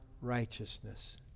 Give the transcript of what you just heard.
righteousness